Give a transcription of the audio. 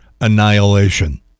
annihilation